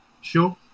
Sure